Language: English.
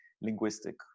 linguistic